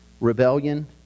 Rebellion